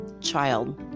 child